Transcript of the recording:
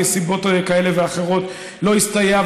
מסיבות כאלה ואחרות זה לא הסתייע,